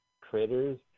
critters